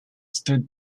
stood